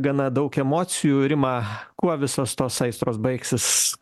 gana daug emocijų rima kuo visos tos aistros baigsis